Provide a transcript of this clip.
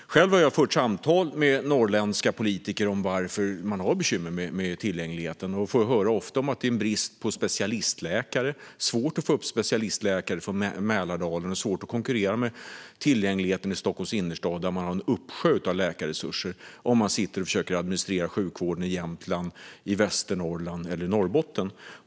Själv har jag fört samtal med norrländska politiker om varför de har bekymmer med tillgängligheten. Jag får ofta höra att det råder brist på specialistläkare. Det är svårt att få upp specialistläkare från Mälardalen. Det är också svårt att konkurrera med tillgängligheten i Stockholms innerstad, där det finns en uppsjö av läkarresurser, om man sitter och försöker att administrera sjukvården i Jämtland, Västernorrland eller Norrbotten.